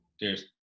cheers